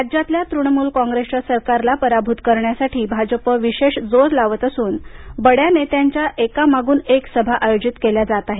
राज्यातल्या तृणमूल कॉंग्रेसच्या सरकारला पराभूत करण्यासाठी भाजप विशेष जोर लावत असून बड्या नेत्यांच्या एकामागून एक सभा आयोजित केल्या जात आहेत